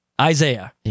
isaiah